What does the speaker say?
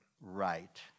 right